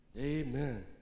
Amen